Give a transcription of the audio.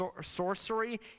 sorcery